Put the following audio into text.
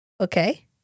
Okay